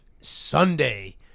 Sunday